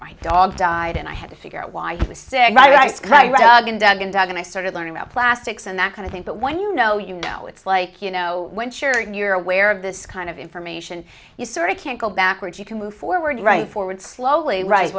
my dog die side and i had to figure out why he was saying rice crying and i started learning about plastics and that kind of thing but when you know you know it's like you know when sure you're aware of this kind of information you sort of can't go backwards you can move forward right forward slowly right